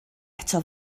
eto